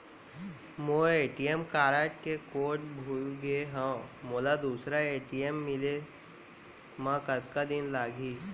मोर ATM card के code भुला गे हव, मोला दूसर ए.टी.एम मिले म कतका दिन लागही?